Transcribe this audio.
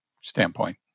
standpoint